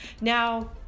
now